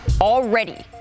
Already